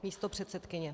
Místopředsedkyně.